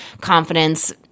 confidence